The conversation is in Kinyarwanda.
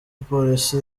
polisi